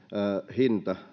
hinta